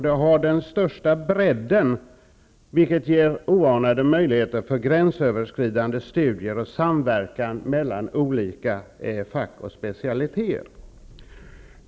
Det har den största bredden, vilket ger oanade möjligheter för gränsöverskridande studier och samverkan mellan olika fack och specialiteter.